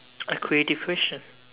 a creative question